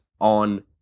on